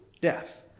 death